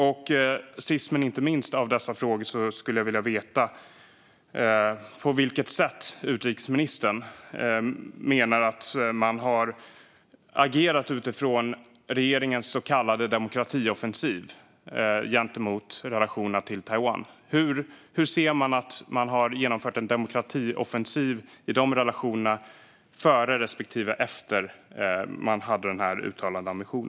Sist men inte minst skulle jag vilja veta på vilket sätt utrikesministern menar att man har agerat utifrån regeringens så kallade demokratioffensiv gentemot relationerna till Taiwan. Hur ser man att man har genomfört en demokratioffensiv i dessa relationer före respektive efter att man hade denna uttalade ambition?